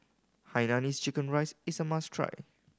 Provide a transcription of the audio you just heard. hainanese chicken rice is a must try